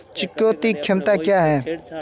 चुकौती क्षमता क्या है?